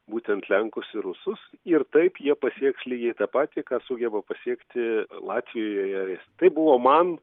būtent lenkus ir rusus ir taip jie pasieks lygiai tą patį ką sugeba pasiekti latvijoje taip buvo man